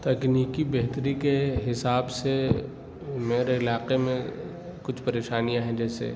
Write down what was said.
تکنیکی بہتری کے حساب سے میرے علاقے میں کچھ پریشانیاں ہیں جیسے